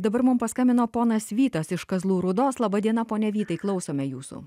dabar mum paskambino ponas vytas iš kazlų rūdos laba diena pone vytai klausome jūsų